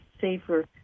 safer